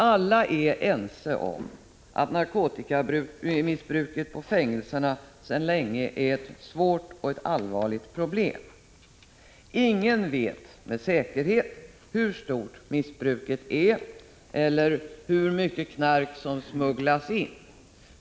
Alla är ense om att narkotikamissbruket på fängelserna sedan länge är ett svårt och allvarligt problem. Ingen vet med säkerhet hur stort missbruket är eller hur mycket knark som smugglas in.